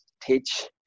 teach